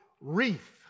wreath